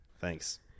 Thanks